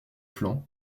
flanc